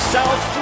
South